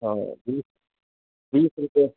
हाँ बीस बीस रुपये